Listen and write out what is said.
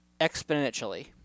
exponentially